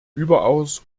überaus